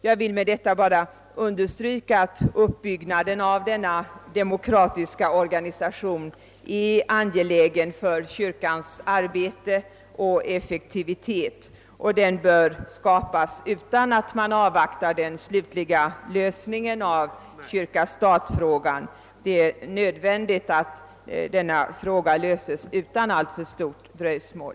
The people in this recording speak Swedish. Jag vill understryka att uppbyggnaden av denna demokratiska organisation är angelägen för kyrkans arbete och effektivitet, och den bör skapas utan att man avvaktar den slutliga lösningen av kyrka—stat-frågan. Det är nödvändigt att detta problem blir löst utan alltför stort dröjsmål.